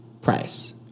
price